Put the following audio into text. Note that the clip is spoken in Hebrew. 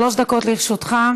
שלוש דקות לרשותך.